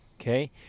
okay